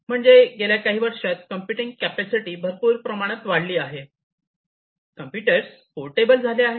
म्हणजे गेल्या काही वर्षांत कम्प्युटिंग कॅपॅसिटी भरपूर प्रमाणात वाढली आहे कॉम्प्युटर पोर्टेबल झाले आहेत